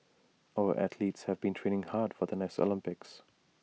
our athletes have been training hard for the next Olympics